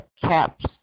caps